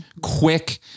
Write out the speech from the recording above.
quick